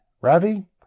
Ravi